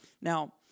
Now